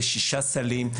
יש שישה סלים,